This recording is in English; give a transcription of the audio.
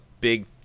big